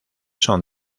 son